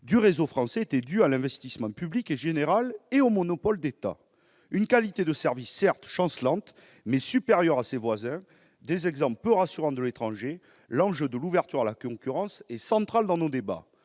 ce réseau étaient dues à l'investissement public et général, et au monopole d'État. Une qualité de service, certes, chancelante, mais supérieure à celle de ses voisins, des exemples peu rassurants de l'étranger, l'enjeu de l'ouverture à la concurrence est central dans nos débats.